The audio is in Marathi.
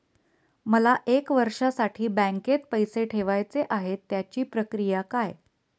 मला एक वर्षासाठी बँकेत पैसे ठेवायचे आहेत त्याची प्रक्रिया काय?